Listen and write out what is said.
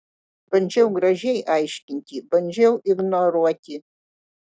bandžiau gražiai aiškinti bandžiau ignoruoti